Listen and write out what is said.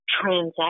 transaction